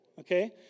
Okay